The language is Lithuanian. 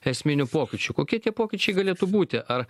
esminių pokyčių kokie tie pokyčiai galėtų būti ar